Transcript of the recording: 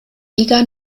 liga